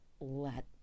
let